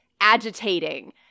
agitating